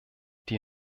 die